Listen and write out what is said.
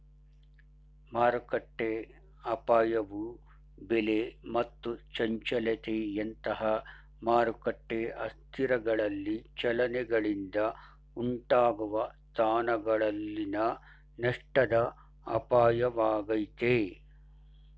ಮಾರುಕಟ್ಟೆಅಪಾಯವು ಬೆಲೆ ಮತ್ತು ಚಂಚಲತೆಯಂತಹ ಮಾರುಕಟ್ಟೆ ಅಸ್ಥಿರಗಳಲ್ಲಿ ಚಲನೆಗಳಿಂದ ಉಂಟಾಗುವ ಸ್ಥಾನಗಳಲ್ಲಿನ ನಷ್ಟದ ಅಪಾಯವಾಗೈತೆ